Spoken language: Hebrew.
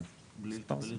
בלי אזרחות?